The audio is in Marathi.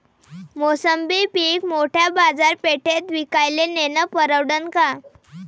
मोसंबी पीक मोठ्या बाजारपेठेत विकाले नेनं परवडन का?